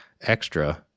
extra